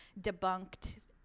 debunked